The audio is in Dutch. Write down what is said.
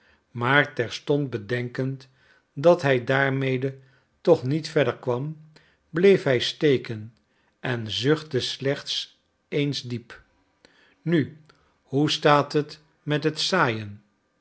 maar terstond bedenkend dat hij daarmede toch niet verder kwam bleef hij steken en zuchtte slechts eens diep nu hoe staat het met het zaaien